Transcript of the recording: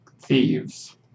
thieves